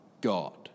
God